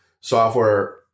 software